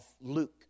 Luke